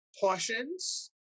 portions